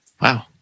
Wow